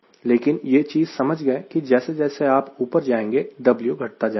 लेकिन यह चीज समझ गए कि जैसे जैसे आप ऊपर जाएंगे W घटता जाएगा